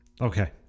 Okay